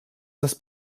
das